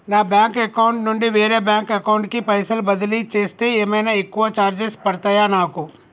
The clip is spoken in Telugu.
నా బ్యాంక్ అకౌంట్ నుండి వేరే బ్యాంక్ అకౌంట్ కి పైసల్ బదిలీ చేస్తే ఏమైనా ఎక్కువ చార్జెస్ పడ్తయా నాకు?